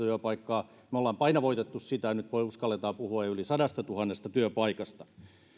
työpaikkaa me olemme painavoittaneet sitä nyt uskalletaan puhua jo yli sadastatuhannesta työpaikasta ja